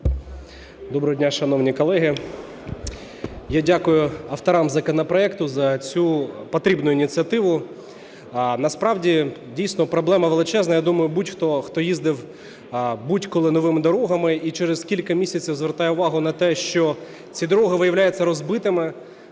Доброго дня, шановні колеги! Я дякую авторам законопроекту за цю потрібну ініціативу. Насправді, дійсно, проблема величезна. Я думаю, будь-хто, хто їздив будь-коли новими дорогами і через кілька місяців звертає увагу на те, що ці дороги виявляються розбитими,